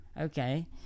okay